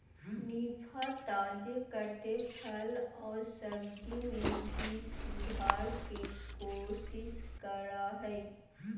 निफा, ताजे कटे फल आऊ सब्जी में भी सुधार के कोशिश करा हइ